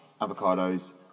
avocados